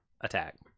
attack